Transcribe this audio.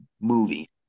movie